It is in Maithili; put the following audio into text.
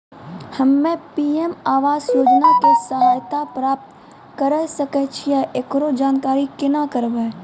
हम्मे पी.एम आवास योजना के सहायता प्राप्त करें सकय छियै, एकरो जानकारी केना करबै?